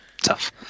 Tough